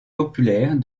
populaire